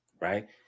right